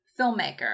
filmmaker